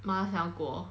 麻辣香锅